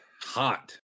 hot